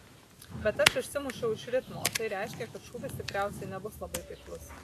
bet aš išsimušiau iš ritmo o tai reiškia kad šūvis tikriausiai nebus labai taiklus